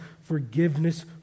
forgiveness